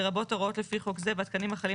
לרבות הוראות לפי חוק זה והתקנים החלים